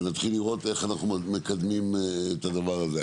ונתחיל לראות איך אנחנו מקדמים את הדבר הזה.